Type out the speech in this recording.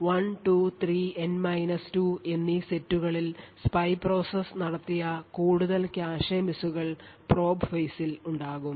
1 2 3 N 2 എന്നീ സെറ്റുകളിൽ spy process നടത്തിയ കൂടുതൽ കാഷെ മിസ്സുകൾ probe phase ൽ ഉണ്ടാകും